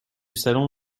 salon